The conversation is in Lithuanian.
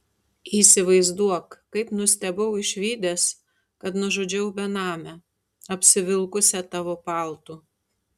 įsivaizduok kaip nustebau išvydęs kad nužudžiau benamę apsivilkusią tavo paltu